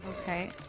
Okay